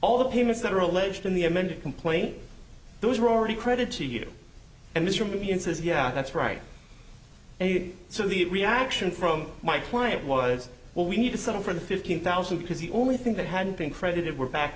all the payments that are alleged in the amended complaint those were already credit to you and mr meehan says yeah that's right so the reaction from my client was well we need to settle for the fifteen thousand because the only thing that had been credited were back